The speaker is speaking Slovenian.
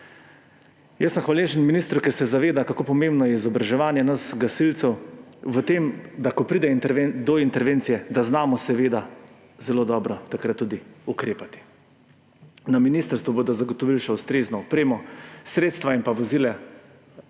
Jaz sem hvaležen ministru, ker se zaveda, kako pomembno je izobraževanje nas gasilcev za to, da takrat ko pride do intervencije, znamo zelo dobro tudi ukrepati. Na ministrstvu bodo zagotovili še ustrezno opremo, sredstva in vozila